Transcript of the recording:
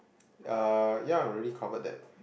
uh ya already cover that